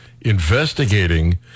investigating